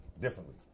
differently